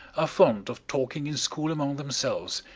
are fond of talking in school among themselves,